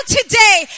today